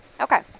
Okay